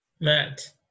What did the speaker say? Matt